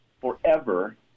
forever